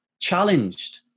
challenged